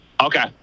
Okay